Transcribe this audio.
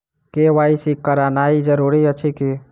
KYC करानाइ जरूरी अछि की?